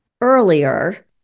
earlier